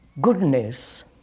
Goodness